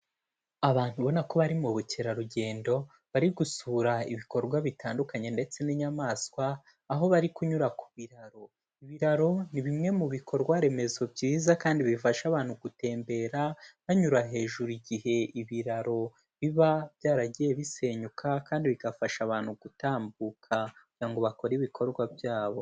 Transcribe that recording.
Abantu ubona ko bari mu bukerarugendo bari gusura ibikorwa bitandukanye ndetse n'inyamaswa, aho bari kunyura ku biraro. Ibiraro ni bimwe mu bikorwa remezo byiza kandi bifasha abantu gutembera, banyura hejuru igihe ibiraro biba byaragiye bisenyuka kandi bigafasha abantu gutambuka kugira ngo bakore ibikorwa byabo.